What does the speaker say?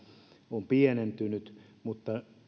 on pienentynyt mutta